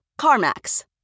CarMax